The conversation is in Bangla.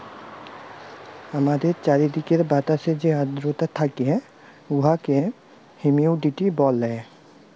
আমাদের চাইরদিকের বাতাসে যে আদ্রতা থ্যাকে উয়াকে হুমিডিটি ব্যলে